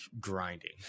grinding